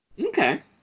Okay